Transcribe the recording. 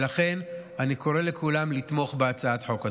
ולכן אני קורא לכולם לתמוך בהצעת החוק הזאת.